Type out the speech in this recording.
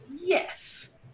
Yes